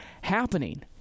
happening